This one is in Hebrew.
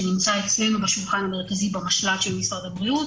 שנמצא אצלנו בשולחן המרכזי במשל"ט של משרד הבריאות,